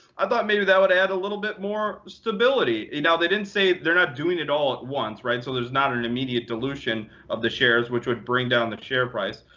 i thought maybe that would add a little bit more stability. now they didn't say they're not doing it all at once, right? so there's not an immediate dilution of the shares, which would bring down the share price.